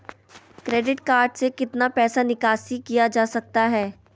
Credit card से कितना पैसा निकासी किया जा सकता है?